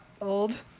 old